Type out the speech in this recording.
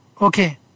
Okay